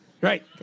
Right